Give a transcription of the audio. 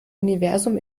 universum